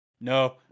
no